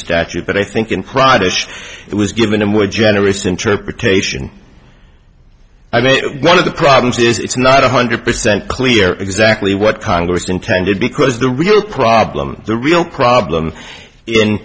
statute but i think in private it was given a more generous interpretation i mean one of the problems is it's not one hundred percent clear exactly what congress intended because the real problem the real problem in